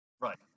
Right